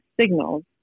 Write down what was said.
signals